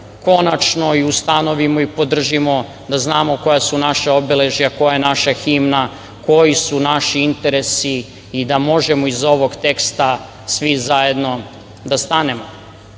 konačno i ustanovimo i podržimo, da znamo koja su naša obeležja, koja je naša himna, koji su naši interesi i da možemo iz ovog teksta svi zajedno da stanemo. Upravo